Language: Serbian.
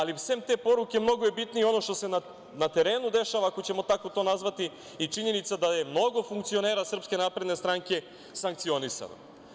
Osim te poruke, mnogo je bitnije ono što se na terenu dešava, ako ćemo tako to nazvati, i činjenica da je mnogo funkcionera SNS sankcionisano.